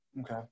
okay